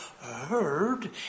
heard